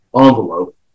envelope